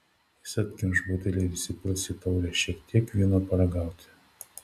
jis atkimš butelį ir įpils į taurę šiek tiek vyno paragauti